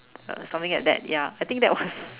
uh something like that ya I think that was